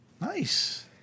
Nice